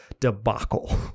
debacle